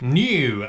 new